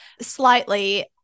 slightly